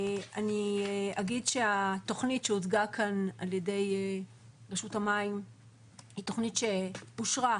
אני אגיד שהתכנית שהוצגה כאן על ידי רשות המים היא תכנית שאושר,